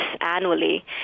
annually